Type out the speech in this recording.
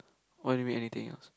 what do you mean anything else